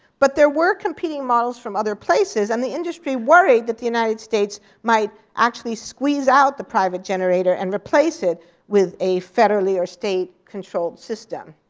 but there were competing models from other places, and the industry worried that the united states might actually squeeze out the private generator and replace it with a federally or state controlled system.